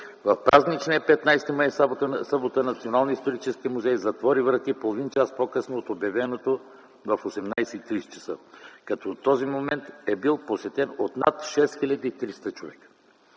В празничния 15 май т.г., събота, Националният исторически музей затвори врати половин час по-късно от обявеното в 18,30 ч., като до този момент е бил посетен от над 6 хил. 300 човека.